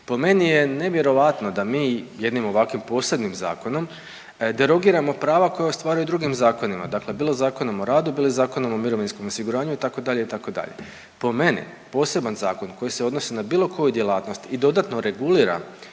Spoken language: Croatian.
Po meni je nevjerojatno da mi jednim ovakvim posebnim zakonom derogiramo prava koja ostvaruju drugim zakonima dakle, bilo Zakonom o radu, bilo Zakonom o mirovinskom osiguranju itd. Po meni poseban zakon koji se odnosi na bilo koju djelatnost i dodatno regulira